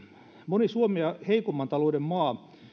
moni suomea heikomman talouden maa